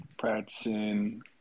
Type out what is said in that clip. practicing